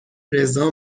رضا